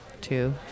two